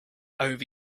over